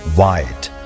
white